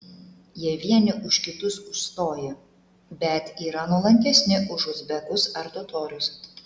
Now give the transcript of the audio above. jie vieni už kitus užstoja bet yra nuolankesni už uzbekus ar totorius